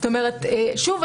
שוב,